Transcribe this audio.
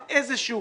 זה איזשהו